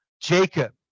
Jacob